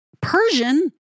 Persian